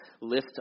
lift